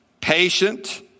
Patient